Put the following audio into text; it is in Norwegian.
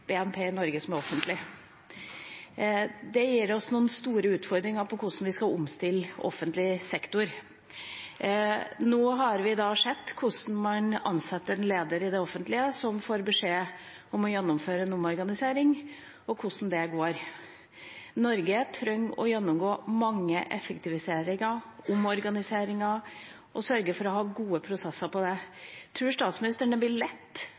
BNP i Norge som er offentlig. Det gir oss noen store utfordringer når det gjelder hvordan vi skal omstille offentlig sektor. Nå har vi sett hvordan man ansetter en leder i det offentlige som får beskjed om å gjennomføre en omorganisering, og hvordan det går. Norge trenger å gjennomgå mange effektiviseringer, omorganiseringer og sørge for å ha gode prosesser på det. Tror statsministeren det blir lett